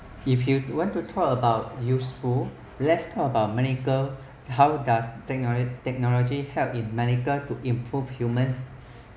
if you want to talk about useful let's talk about medical how does tech~ technology help in medical to improve humans